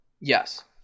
Yes